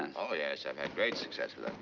oh, yes. i've had great success with